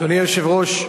אדוני היושב-ראש,